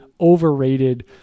overrated